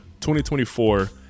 2024